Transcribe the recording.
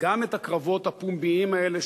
גם את הקרבות הפומביים האלה,